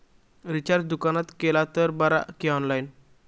Recharge दुकानात केला तर बरा की ऑनलाइन?